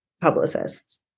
publicists